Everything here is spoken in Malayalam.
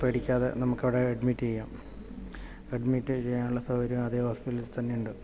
പേടിക്കാതെ നമുക്ക് അവിടെ അഡ്മിറ്റ് ചെയ്യാം അഡ്മിറ്റ് ചെയ്യാനുള്ള സൗകര്യം അതെ ഹോസ്പിറ്റലിൽ തന്നെ ഉണ്ട്